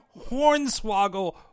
Hornswoggle